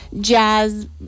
jazz